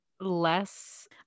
less